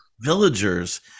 villagers